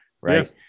right